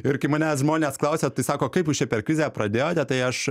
ir kai manęs žmonės klausia tai sako kaip jūs čia per krizę pradėjote tai aš